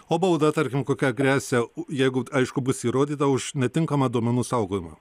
o bauda tarkim kokia gresia jeigu aišku bus įrodyta už netinkamą duomenų saugojimą